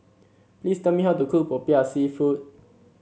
please tell me how to cook popiah seafood